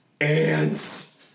Ants